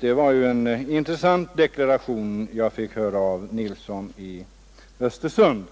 Det var en intressant deklaration som vi fick höra av herr Nilsson i Östersund,